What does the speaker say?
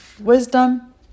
Wisdom